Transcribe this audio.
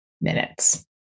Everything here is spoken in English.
minutes